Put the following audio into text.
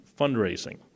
fundraising